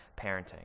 parenting